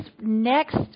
next